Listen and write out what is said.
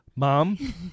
mom